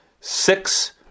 six